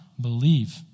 believe